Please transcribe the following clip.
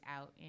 out